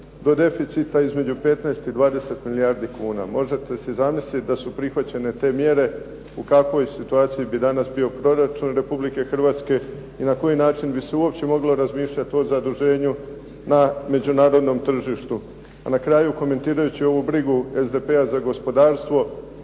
do deficita između 15 i 20 milijardi kuna. Možete si zamisliti da su prihvaćene te mjere u kakvoj situaciji bi danas bio proračun Republike Hrvatske i na koji način bi se uopće moglo razmišljati o zaduženju na međunarodnom tržištu. A na kraju, komentirajući ovu brigu SDP-a za gospodarstvo,